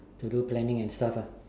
to do planning and stuff lah